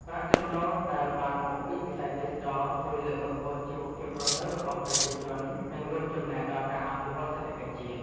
ប្រាក់ចំណូលដែលបានមកពីវិស័យទេសចរណ៍ ជួយលើកកម្ពស់ជីវភាពរស់នៅរបស់ប្រជាជន និងរួមចំណែកដល់ការអភិវឌ្ឍសេដ្ឋកិច្ចជាតិ។